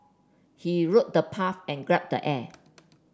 he wrote the path and grab the air